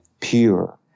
pure